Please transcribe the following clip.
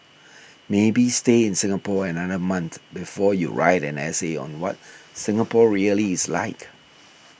maybe stay in Singapore another month before you write an essay on what Singapore really is like